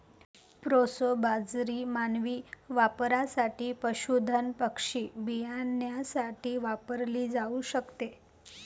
proso बाजरी मानवी वापरासाठी, पशुधन पक्षी बियाण्यासाठी वापरली जाऊ शकते